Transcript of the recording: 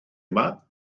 yma